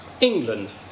England